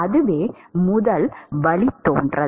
அதுவே முதல் வழித்தோன்றல்